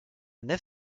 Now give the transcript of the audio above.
nef